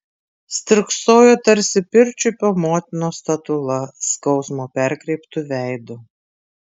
stirksojo tarsi pirčiupio motinos statula skausmo perkreiptu veidu